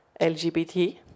LGBT